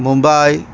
Mumbai